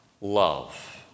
Love